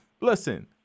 Listen